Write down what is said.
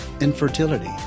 infertility